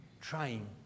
trying